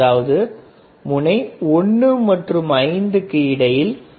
அதாவது முனை 1 மற்றும் 5 க்கும் இடையில் பொட்டன்ஷியோமீட்டரை இணைப்பதன் மூலம் ஆப்செட் 0 என்ற மதிப்பை அடைகிறது